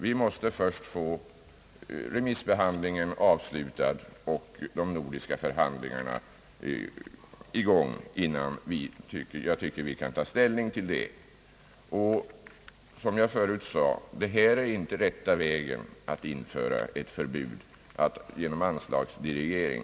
Vi måste först få remissbehandlingen avslutad och de nordiska förhandlingarna i gång innan vi kan ta ställning till den frågan. Som jag förut sade: Den rätta vägen att införa ett förbud är inte att tillgripa en anslagsdirigering.